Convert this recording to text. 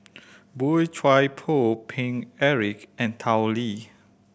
Boey Chuan Poh Paine Eric and Tao Li